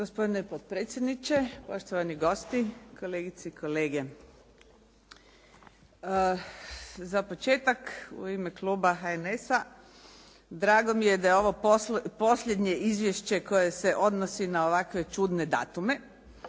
Gospodine potpredsjedniče, poštovani gosti, kolegice i kolege. Za početak u ime kluba HNS-a, drago mi je da je ovo posljednje izvješće koje se odnosi na ovakve čudne datume